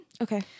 Okay